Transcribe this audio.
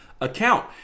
account